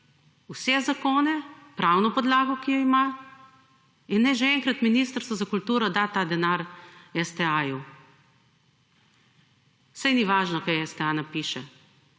vse zakone, pravno podlago, ki jo ima in naj že enkrat Ministrstvo za kulturo da ta denar STA. Saj ni važno kaj STA napiše,